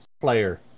player